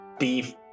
Beef